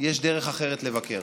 יש דרך אחרת לבקר,